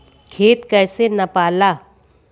खेत कैसे नपाला?